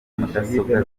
mudasobwa